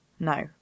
No